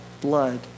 blood